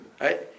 right